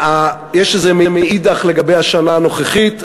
יש לזה מאידך לגבי השנה הנוכחית,